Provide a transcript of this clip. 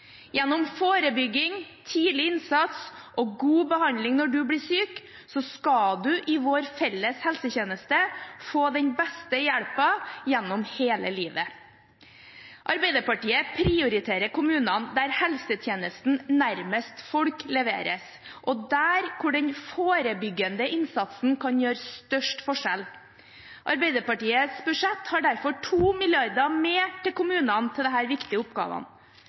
Gjennom forebygging, tidlig innsats og god behandling når en blir syk, skal en i vår felles helsetjeneste få den beste hjelpen gjennom hele livet. Arbeiderpartiet prioriterer kommunene, der helsetjenesten nærmest folk leveres, og der hvor den forebyggende innsatsen kan gjøre størst forskjell. Arbeiderpartiets budsjett har derfor 2 mrd. kr mer til kommunene til disse viktige oppgavene.